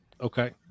Okay